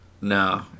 No